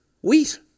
Wheat